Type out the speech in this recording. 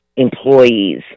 employees